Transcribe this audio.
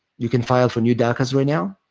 you can file for new dacas right now.